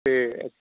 ਅਤੇ